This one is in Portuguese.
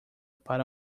para